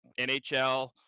NHL